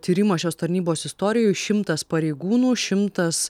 tyrimą šios tarnybos istorijoj šimtas pareigūnų šimtas